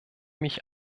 mich